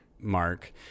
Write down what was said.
Mark